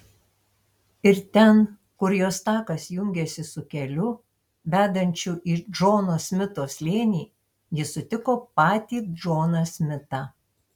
ir ten kur jos takas jungėsi su keliu vedančiu į džono smito slėnį ji sutiko patį džoną smitą